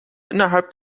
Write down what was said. innerhalb